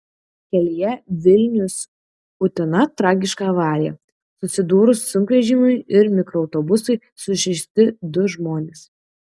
kelyje vilnius utena tragiška avarija susidūrus sunkvežimiui ir mikroautobusui sužeisti du žmonės